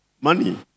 Money